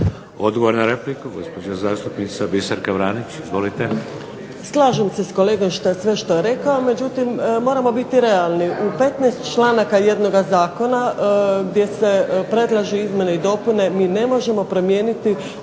Odgovor na repliku, gospođa zastupnica Biserka Vranić. **Vranić, Biserka (SDP)** Slažem se s kolegom sve što je rekao, međutim, moramo biti realni, u 15 članaka jednog Zakona gdje se predlažu izmjene i dopune mi ne možemo promijeniti